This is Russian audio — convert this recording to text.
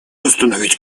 остановить